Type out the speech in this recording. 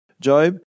Job